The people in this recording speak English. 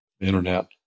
internet